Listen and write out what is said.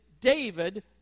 David